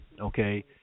okay